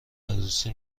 عروسی